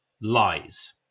Lies